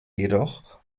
jedoch